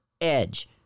edge